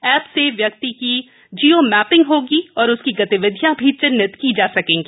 app से व्यक्ति की जियो मैपिंग होगी और उसकी गतिविधियाँ भी चिन्हित की जा सकेंगी